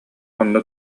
онно